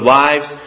lives